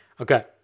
okay